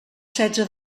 setze